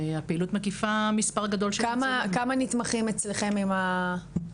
הפעילות מקיפה מספר גדול --- כמה נתמכים אצלכם עם התקציב?